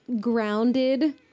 grounded